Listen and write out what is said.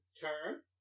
turn